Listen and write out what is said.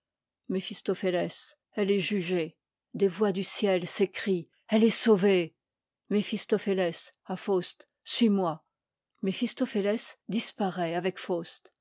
elle est jugée des voix du ciel s'ecrient elle est sauvée méphistophélès à faûst suis-moi méphistophélès disparait avec